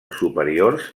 superiors